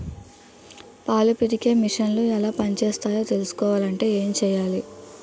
పాలు పితికే మిసన్లు ఎలా పనిచేస్తాయో తెలుసుకోవాలంటే ఏం చెయ్యాలి?